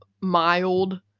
mild